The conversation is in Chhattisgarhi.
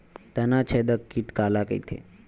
तनाछेदक कीट काला कइथे?